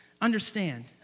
understand